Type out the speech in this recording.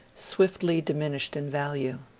swiftly diminished in value.